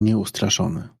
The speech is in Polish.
nieustraszony